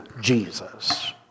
Jesus